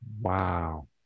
Wow